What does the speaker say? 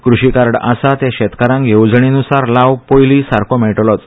कृशी कार्ड आसा ते शेतकारांक येवजणे नुसार लाव पयली सारको मेळटलोच